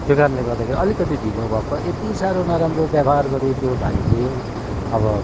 त्यो कारणले गर्दाखेरि अलिकति ढिलो भएको यति साह्रो नराम्रो व्यवहार गऱ्यो त्यो भाइले अब